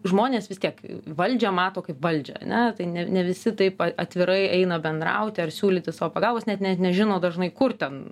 žmonės vis tiek valdžią mato kaip valdžią ane tai ne ne visi taip atvirai eina bendrauti ar siūlyti savo pagalbos net net nežino dažnai kur ten